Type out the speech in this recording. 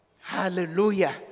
Hallelujah